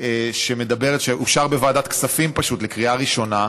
שאושרה בוועדת כספים לקריאה ראשונה.